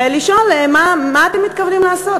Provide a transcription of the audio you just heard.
ולשאול: מה אתם מתכוונים לעשות?